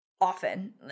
often